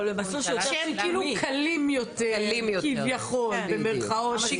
שהם כאילו קלים יותר כביכול, במירכאות.